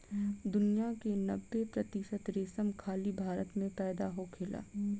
दुनिया के नब्बे प्रतिशत रेशम खाली भारत में पैदा होखेला